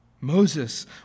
Moses